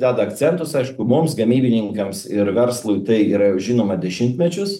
deda akcentus aišku mums gamybininkams ir verslui tai yra jau žinoma dešimtmečius